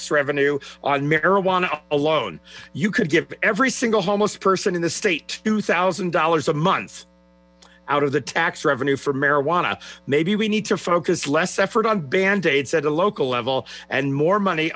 tax revenue on marijuana alone you could give every single homeless person in the state two thousand dollars a month out of the tax revenue for marijuana maybe we need to focus less effort on bandaids at a local level and more money